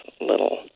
little